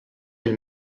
elle